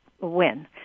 win